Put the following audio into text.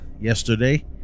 yesterday